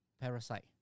parasite